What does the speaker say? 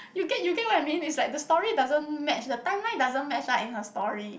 you get you get what I mean is like the story doesn't match the timeline doesn't match ah in her story